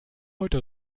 heute